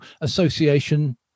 association